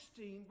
16